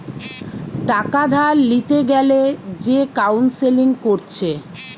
টাকা ধার লিতে গ্যালে যে কাউন্সেলিং কোরছে